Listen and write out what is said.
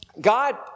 God